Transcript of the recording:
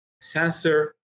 sensor